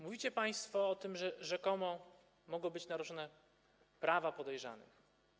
Mówicie państwo o tym, że rzekomo mogą być naruszone prawa podejrzanych.